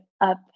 up